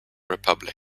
republic